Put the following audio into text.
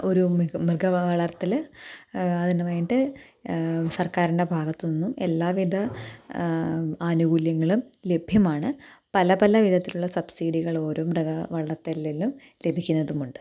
ഒരു മിഗ മൃഗ വളർത്തൽ അതിനു വേണ്ടിയിട്ട് സർക്കാരിൻ്റെ ഭാഗത്തു നിന്നും എല്ലാവിധ ആനുകൂല്യങ്ങളും ലഭ്യമാണ് പല പല വിധത്തിലുള്ള സബ്സിഡികളും ഒരു മൃഗ വളർത്തലിലും ലഭിക്കുന്നതുമുണ്ട്